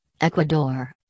Ecuador